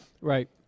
Right